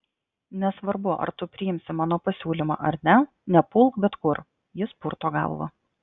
nesvarbu ar tu priimsi mano pasiūlymą ar ne nepulk bet kur jis purto galvą